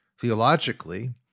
theologically